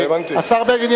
השר בגין,